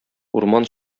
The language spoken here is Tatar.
урман